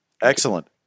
Excellent